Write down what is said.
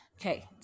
okay